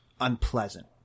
unpleasant